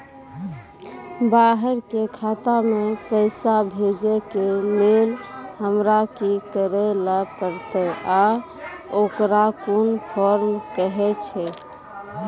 बाहर के खाता मे पैसा भेजै के लेल हमरा की करै ला परतै आ ओकरा कुन फॉर्म कहैय छै?